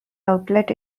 outlet